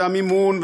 המימון,